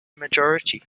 majority